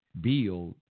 build